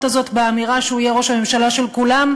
הזאת באמירה שהוא יהיה ראש ממשלה של כולם,